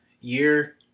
year